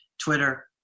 twitter